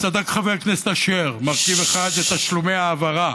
וצדק חבר הכנסת אשר: מרכיב אחד זה תשלומי העברה.